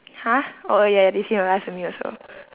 !huh! oh ya ya they seem alive for me also